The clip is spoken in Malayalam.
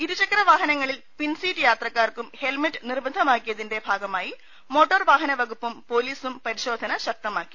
ഇരുചക്രവാഹനങ്ങളിൽ പിൻസീറ്റ് യാത്രക്കാർക്കും ഹെൽമറ്റ് നിർബന്ധമാക്കിയതിന്റെ ഭാഗമായി മോട്ടോർ വാഹനവകുപ്പും പൊലീസും പരിശോധന ശക്തമാക്കി